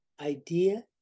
idea